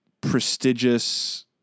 Prestigious